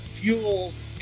fuels